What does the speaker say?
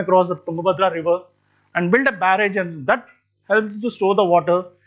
across the tungabhadra river and build a barrage and that helps to store the water,